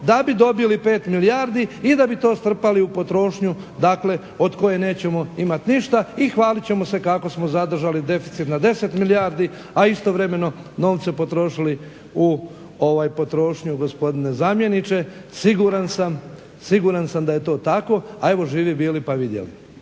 da bi dobili 5 milijardi i da bi to strpali u potrošnju od koje nećemo imati ništa i hvalit ćemo se kako smo zadržali deficit na 10 milijardi, a istovremeno novce potrošili u potrošnju gospodine zamjeniče. Siguran sam da je to tako, a evo živi bili pa vidjeli.